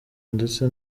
ndetse